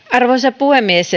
arvoisa puhemies